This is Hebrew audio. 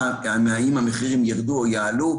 האם המחירים יירדו או יעלו,